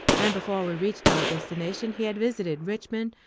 and before we reached our destination he had visited richmond,